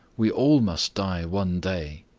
we all must die one day.